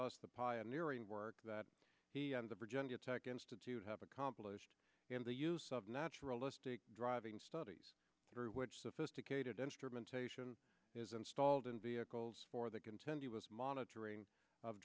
us the pioneering work that he and the virginia tech institute have accomplished in the use of naturalistic driving studies through which sophisticated instrumentation is installed in vehicles for the continuous monitoring of